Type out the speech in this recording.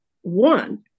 one